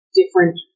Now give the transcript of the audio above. different